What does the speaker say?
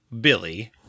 Billy